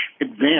advance